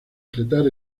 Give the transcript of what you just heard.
fletar